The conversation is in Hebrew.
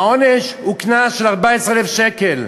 העונש הוא קנס של 14,000 שקל.